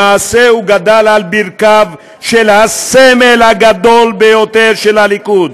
למעשה הוא גדל על ברכיו של הסמל הגדול ביותר של הליכוד,